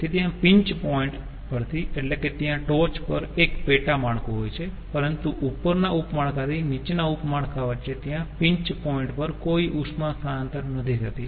તેથી ત્યાં pinch point પરથી એટલે કે ત્યાં ટોચ પર એક પેટા માળખું હોય છે પરંતુ ઉપરના ઉપ માળખા થી નીચેના ઉપ માળખા વચ્ચે ત્યાં પિન્ચ પોઈન્ટ પર કોઈ ઉષ્મા સ્થાનાંતર નથી થતી